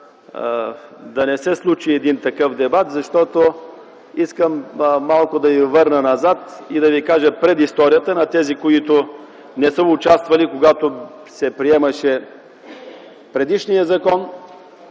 да не се случи такъв дебат. Искам да Ви върна назад и да кажа предисторията на тези, които не са участвали, когато се приемаше предишният закон,